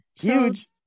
huge